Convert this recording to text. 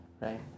right